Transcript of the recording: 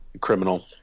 criminal